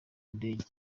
indege